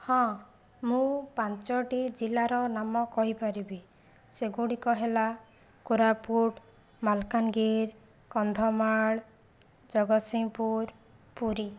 ହଁ ମୁଁ ପାଞ୍ଚଟି ଜିଲ୍ଲାର ନାମ କହିପାରିବି ସେଗୁଡ଼ିକ ହେଲା କୋରାପୁଟ ମାଲକାନଗିରି କନ୍ଧମାଳ ଜଗତସିଂପୁର ପୁରୀ